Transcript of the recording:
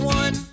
one